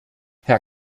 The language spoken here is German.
herr